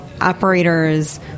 operators